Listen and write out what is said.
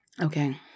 okay